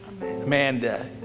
Amanda